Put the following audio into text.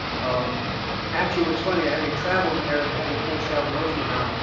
um actually what's funny, having traveled there and having friends travel north vietnam,